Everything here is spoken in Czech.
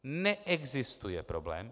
Neexistuje problém!